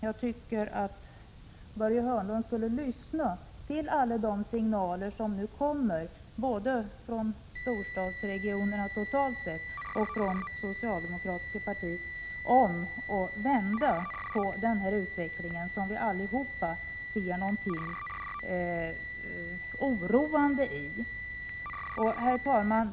Jag tycker att Börje Hörnlund skulle lyssna till alla de signaler som nu kommer, både från storstadsregionerna totalt sett och från socialdemokratiska partiet, om att vända denna utveckling som vi alla ser något oroande i. Herr talman!